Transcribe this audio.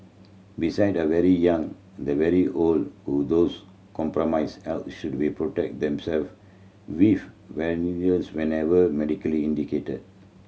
beside the very young the very old or those compromised health should be protect them self with vaccines whenever medically indicated